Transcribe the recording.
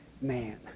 man